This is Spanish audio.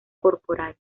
corporal